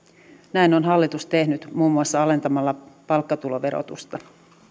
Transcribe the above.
näin on hallitus tehnyt muun muassa alentamalla palkkatuloverotusta